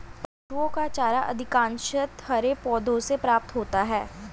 पशुओं का चारा अधिकांशतः हरे पौधों से प्राप्त होता है